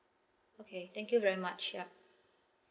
okay thank you very much yup